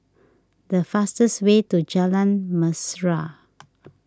the fastest way to Jalan Mesra